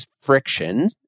friction